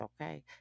okay